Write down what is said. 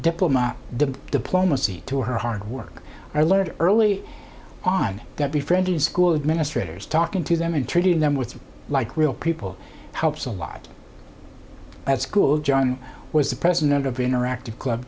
diploma the diplomacy to her hard work i learned early on that be friendly and school administrators talking to them and treating them with like real people helps a lot at school john was the president of the interactive club